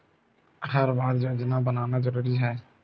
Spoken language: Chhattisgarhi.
हर बार योजना बनाना जरूरी है?